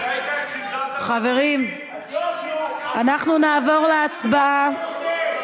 ראית את סדרת הכוכבים, אפילו לדבר אתה לא נותן.